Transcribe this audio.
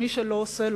שמי שלא עושה,